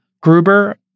Gruber